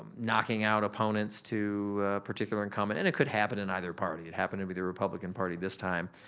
um knocking out opponents to a particular incumbent and it could happen in either party. it happened to be the republican party this time.